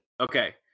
Okay